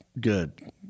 Good